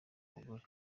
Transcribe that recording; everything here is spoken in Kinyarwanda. umugore